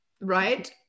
right